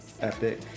epic